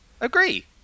agree